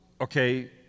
okay